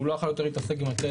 הוא לא יכל יותר להתעסק עם הטלפון,